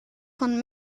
von